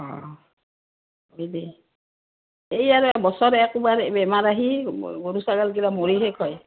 অঁ দ এইয়াৰে বছৰে একবাৰে বেমাৰ আহি গৰু ছাগলকিটা মৰি শেষ হয়